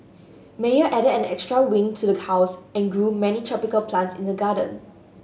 Meyer added an extra wing to the house and grew many tropical plants in the garden